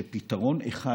שדבר אחד,